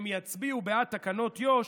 הם יצביעו בעד תקנות יו"ש.